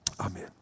Amen